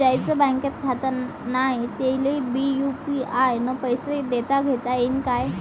ज्याईचं बँकेत खातं नाय त्याईले बी यू.पी.आय न पैसे देताघेता येईन काय?